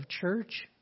church